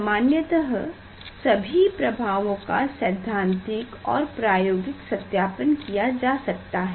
सामान्यतः सभी प्रभावों का सैद्धांतिक और प्रायोगिक सत्यापन किया जा सकता है